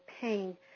pain